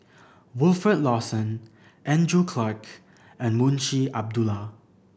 Wilfed Lawson Andrew Clarke and Munshi Abdullah